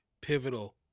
pivotal